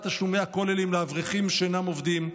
תשלומי הכוללים לאברכים שאינם עובדים.